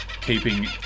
keeping